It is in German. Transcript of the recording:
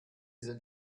sind